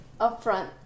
upfront